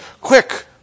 Quick